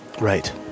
Right